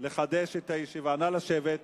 נא לשבת.